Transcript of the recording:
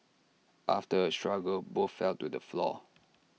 after A struggle both fell to the floor